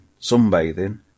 sunbathing